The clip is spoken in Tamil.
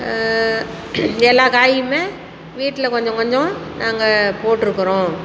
எல்லா காயுமே வீட்டில் கொஞ்சம் கொஞ்சம் நாங்கள் போட்டுருக்குறோம்